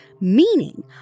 Meaning